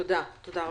תודה רבה.